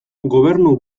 gobernu